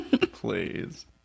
please